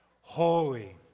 Holy